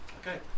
okay